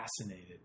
fascinated